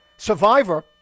Survivor